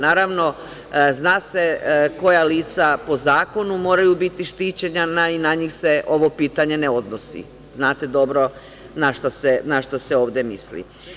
Naravno, zna se koja lica po zakonu moraju biti štićena, na njih se ovo pitanje ne odnosi, znate dobro na šta se ovde misli.